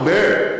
הרבה,